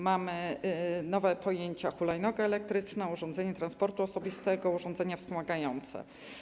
Mamy nowe pojęcia: hulajnoga elektryczna, urządzenie transportu osobistego, urządzenia wspomagające.